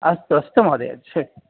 अस्तु अस्तु महोदय शक्